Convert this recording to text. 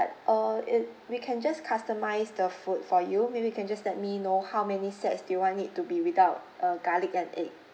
err it we can just customize the food for you maybe you can just let me know how many sets do you want it to be without uh garlic and egg